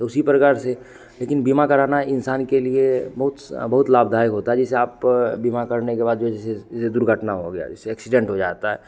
तो उसी प्रकार से लेकिन बीमा कराना इंसान के लिए बहुत स बहुत लाभदायक होता है जैसे आप बीमा करने के बाद जैसे यह दुर्घटना हो गया जैसे एक्सीडेंट हो जाता है